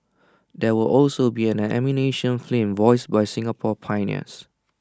there will also be an animation film voiced by Singapore pioneers